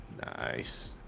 Nice